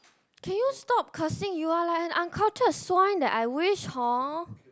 can you stop cursing you are like an uncultured swine that I wish hor